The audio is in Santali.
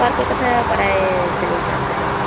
ᱵᱟᱨ ᱯᱮ ᱠᱟᱛᱷᱟ ᱵᱟᱰᱟᱭ ᱥᱟᱱᱟᱧ ᱠᱟᱱ ᱛᱟᱦᱮᱸᱫ